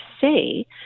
say